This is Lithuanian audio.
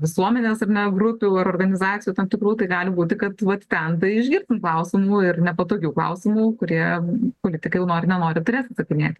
visuomenės grupių ar organizacijų tam tikrų tai gali būti kad vat ten tai išgirsim klausimų ir nepatogių klausimų kurie politikai jau nori nenori turės atsakinėti